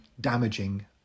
damaging